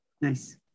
Nice